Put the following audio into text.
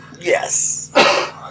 Yes